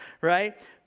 right